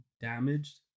damaged